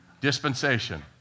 Dispensation